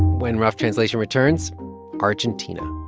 when rough translation returns argentina